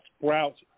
Sprouts